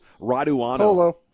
raduano